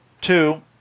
Two